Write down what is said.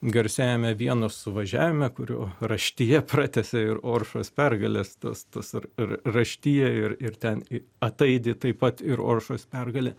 garsiajame vienos suvažiavime kurio raštyje pratęsė ir oršos pergales tas tas ir ir raštijoj ir ir ten ir ataidi taip pat ir oršos pergalė